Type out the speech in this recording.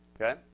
Okay